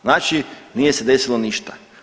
Znači nije se desilo ništa.